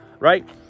right